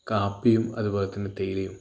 കാപ്പിയും അതുപോലെതന്നെ തേയിലയും